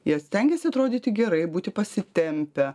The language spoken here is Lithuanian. jie stengiasi atrodyti gerai būti pasitempę